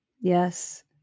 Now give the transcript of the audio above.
Yes